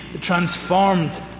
transformed